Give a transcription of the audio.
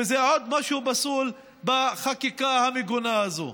וזה עוד משהו פסול בחקיקה המגונה הזאת.